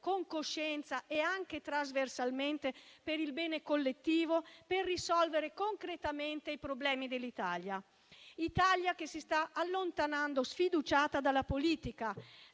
con coscienza e anche trasversalmente per il bene collettivo, per risolvere concretamente i problemi dell'Italia, la quale si sta allontanando sfiduciata dalla politica,